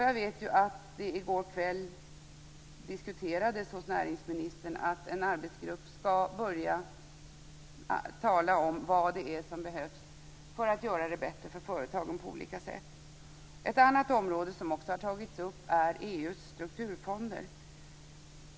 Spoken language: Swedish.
Jag vet att det i går kväll hos näringsministern diskuterades att en arbetsgrupp skall börja diskutera vad det är som behövs för att göra det bättre för företagen på olika sätt. Ett annat område som också har tagits upp är EU:s strukturfonder.